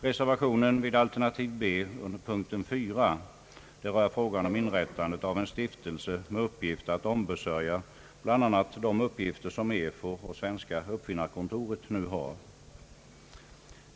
Reservationen B under punkten 4 rör frågan om inrättande av en stiftelse med uppgift att ombesörja bl.a. de uppgifter som EFOR och Svenska uppfinnarkontoret nu har.